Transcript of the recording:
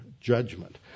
judgment